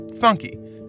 funky